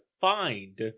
find